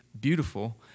beautiful